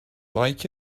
like